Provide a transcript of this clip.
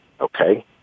Okay